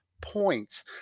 points